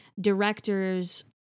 directors